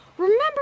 Remember